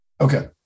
Okay